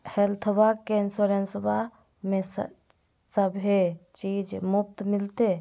हेल्थबा के इंसोरेंसबा में सभे चीज मुफ्त मिलते?